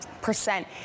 percent